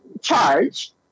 charge